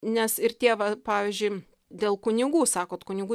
nes ir tie va pavyzdžiui dėl kunigų sakot kunigų